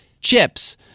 chips